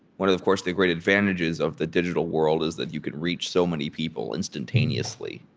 one of, of course, the great advantages of the digital world is that you can reach so many people instantaneously.